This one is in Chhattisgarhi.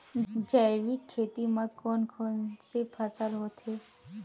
जैविक खेती म कोन कोन से फसल होथे?